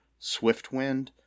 Swiftwind